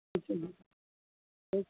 ਠੇਕ ਹੈ ਜੀ ਓਕੇ